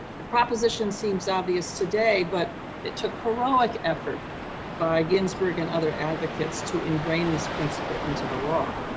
the proposition seems obvious today, but it took heroic effort by ginsburg and other advocates to ingrain this principle into the law.